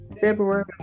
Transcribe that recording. February